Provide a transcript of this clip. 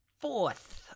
fourth